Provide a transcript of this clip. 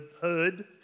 Hood